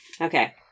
Okay